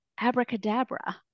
abracadabra